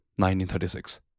1936